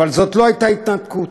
אבל זאת לא הייתה התנתקות.